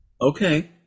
okay